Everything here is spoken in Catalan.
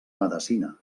medecina